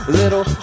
little